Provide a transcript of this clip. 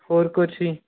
ਹੋਰ ਕੁਛ ਨਹੀਂ